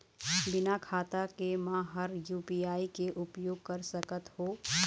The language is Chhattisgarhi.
बिना खाता के म हर यू.पी.आई के उपयोग कर सकत हो?